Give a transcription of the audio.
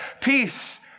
peace